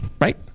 Right